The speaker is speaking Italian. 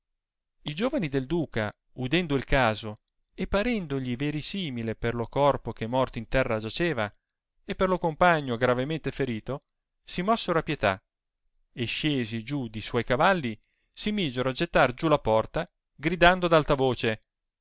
i giovani del duca udendo il caso e parendogli verisimile per lo corpo che morto in terra giaceva e per lo compagno gravemente ferito si mossero a pietà e scesi giù di suoi cavalli si misero a gettar giù la porta gridando ad alta voce